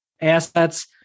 assets